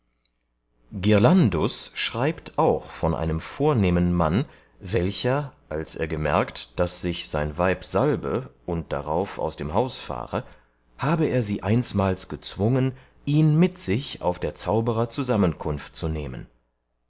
ghirlandus schreibt auch von einem vornehmen mann welcher als er gemerkt daß sich sein weib salbe und darauf aus dem haus fahre habe er sie einsmals gezwungen ihn mit sich auf der zauberer zusammenkunft zu nehmen